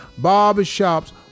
barbershops